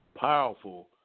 powerful